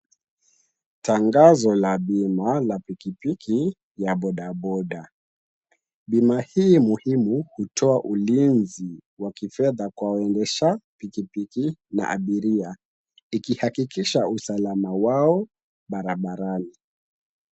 Tangazo la bima la pikipiki ya bodaboda. Bima hii muhimu hutoa ulinzi wa kifedha kwa waendesha pikipiki na abiria. Ikihakikisha usalama wao barabarani.